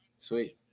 Sweet